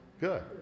good